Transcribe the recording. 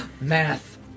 math